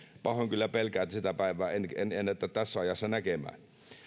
pahoin kyllä pelkään että sitä päivää en en ennätä tässä ajassa näkemään